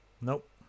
Nope